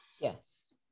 yes